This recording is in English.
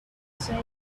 said